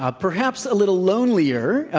ah perhaps a little lonelier,